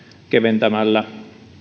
keventämällä